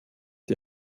die